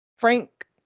Frank